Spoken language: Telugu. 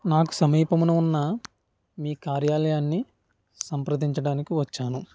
నాకు సమీపమును ఉన్న మీ కార్యాలయాన్ని సంప్రదించడానికి వచ్చాను